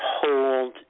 hold